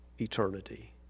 eternity